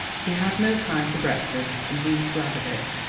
he had no time for breakfast, and he was glad of it,